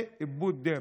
זה איבוד דרך.